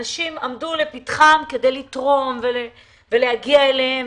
אנשים עמדו לפתחם כדי לתרום ולהגיע אליהם,